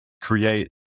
create